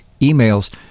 emails